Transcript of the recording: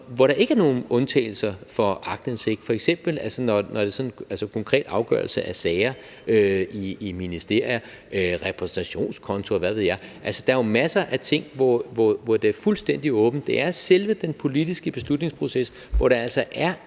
hvor der ikke er nogen undtagelser for aktindsigt, f.eks. ved konkrete afgørelser af sager i ministerier, i forbindelse med repræsentationskonti, og hvad ved jeg. Der er masser af ting, hvor det er fuldstændig åbent. Det er selve den politiske beslutningsproces, hvor der altså er